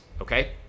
Okay